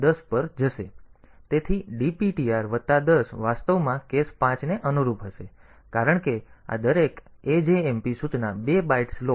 તેથી dptr વત્તા 10 વાસ્તવમાં કેસ 5 ને અનુરૂપ હશે કારણ કે આ દરેક ajmp સૂચના 2 બાઇટ્સ લો